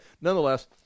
nonetheless